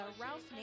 Ralph